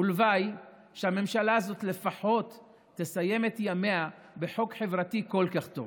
והלוואי שהממשלה הזאת לפחות תסיים את ימיה בחוק חברתי כל כך טוב.